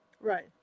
Right